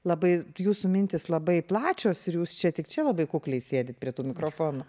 labai jūsų mintys labai plačios ir jūs čia tik čia labai kukliai sėdi prie mikrofonų